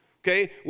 okay